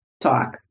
talk